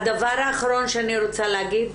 הדבר האחרון שאני רוצה להגיד,